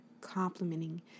complimenting